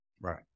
right